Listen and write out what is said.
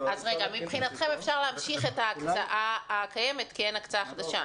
מבחינתכם אפשר להמשיך את ההקצאה הקיימת כי אין הקצאה חדשה,